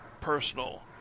personal